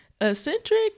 eccentric